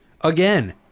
again